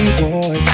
boy